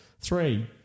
Three